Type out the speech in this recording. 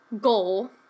goal